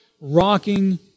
rocking